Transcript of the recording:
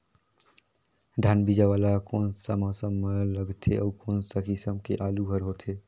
धान बीजा वाला कोन सा मौसम म लगथे अउ कोन सा किसम के आलू हर होथे?